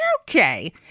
okay